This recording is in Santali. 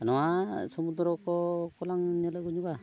ᱱᱚᱣᱟ ᱥᱚᱢᱩᱫᱨᱚ ᱠᱚ ᱠᱚᱞᱟᱝ ᱧᱮᱞ ᱟᱹᱜᱩ ᱧᱚᱜᱟ